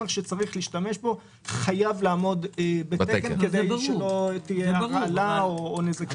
שצריך להשתמש בו חייב לעמוד בתקן כדי שלא תהיה הרעלה או נזק.